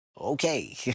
Okay